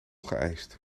geëist